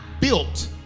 built